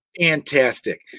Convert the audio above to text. fantastic